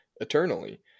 eternally